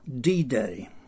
D-Day